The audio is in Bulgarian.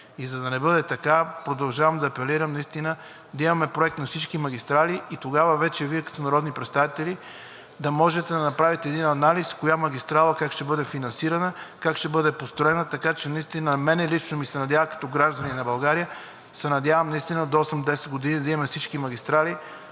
И за да не бъде така, продължавам да апелирам да имаме проект на всички магистрали и тогава вече Вие като народни представители да можете да направите анализ коя магистрала как ще бъде финансирана, как ще бъде построена. Аз лично като гражданин на България се надявам до 8 – 10 години да имаме всички магистрали,